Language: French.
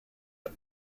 pas